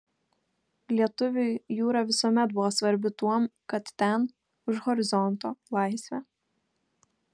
lietuviui jūra visuomet buvo svarbi tuom kad ten už horizonto laisvė